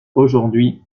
aujourd’hui